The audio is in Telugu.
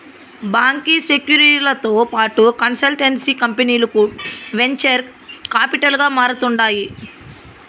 బాంకీ సెక్యూరీలతో పాటు కన్సల్టెన్సీ కంపనీలు వెంచర్ కాపిటల్ గా మారతాండాయి